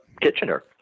Kitchener